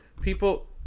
People